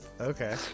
Okay